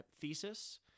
thesis